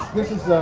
this is